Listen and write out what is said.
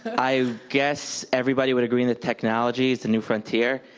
i guess everybody would agree that technology is the new frontier.